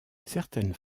certaines